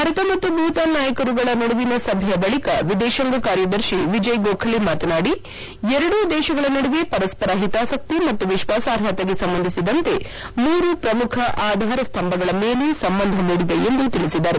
ಭಾರತ ಮತ್ತು ಭೂತಾನ್ ನಾಯಕರುಗಳ ನಡುವಿನ ಸಭೆಯ ಬಳಿಕ ವಿದೇಶಾಂಗ ಕಾರ್ಯದರ್ತಿ ವಿಜಯ್ ಗೋಖಲೆ ಮಾತನಾಡಿ ಎರಡೂ ದೇಶಗಳ ನಡುವೆ ಪರಸ್ಪರ ಹಿತಾಸಕ್ತಿ ಮತ್ತು ವಿಶ್ವಾಸಾರ್ಹತೆಗೆ ಸಂಬಂಧಿಸಿದಂತೆ ಮೂರು ಪ್ರಮುಖ ಆಧಾರ ಸ್ತಂಭಗಳ ಮೇಲೆ ಸಂಬಂಧ ಮೂಡಿದೆ ಎಂದು ತಿಳಿಸಿದರು